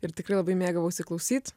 ir tikrai labai mėgavausi klausyt